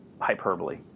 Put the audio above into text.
hyperbole